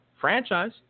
franchise